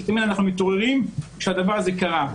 כי תמיד אנחנו מתעוררים כשהדבר הזה קרה.